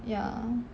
ya